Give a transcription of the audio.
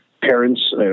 parents